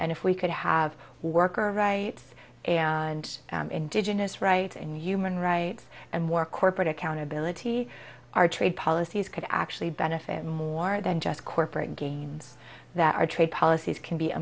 and if we could have worker rights and indigenous rights and human rights and more corporate accountability our trade policies could actually benefit more than just corporate gains that our trade policies can be a